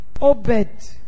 Obed